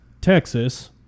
Texas